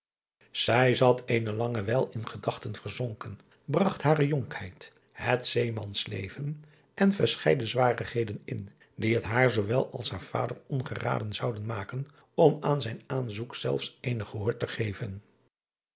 ij zat eene lange wijl in gedachten verzonken bragt hare jonkheid het zeemans leven en verscheiden zwarigheden in die het haar zoowel als haar vader ongeraden zouden maken om aan zijn aanzoek zelfs eenig gehoor te geven